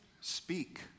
Speak